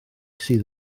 sydd